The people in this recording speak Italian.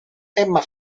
emma